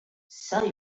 sell